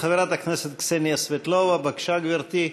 חברת הכנסת קסניה סבטלובה, בבקשה, גברתי.